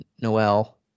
Noel